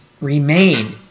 remain